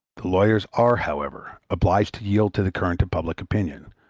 the lawyers are, however, obliged to yield to the current of public opinion,